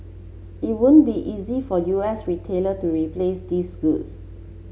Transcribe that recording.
it won't be easy for U S retailer to replace these goods